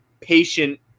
patient